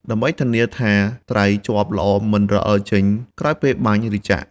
ដើម្បីធានាថាត្រីជាប់ល្អមិនរអិលចេញក្រោយពេលបាញ់ ឬចាក់ ។